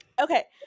Okay